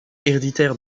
héréditaire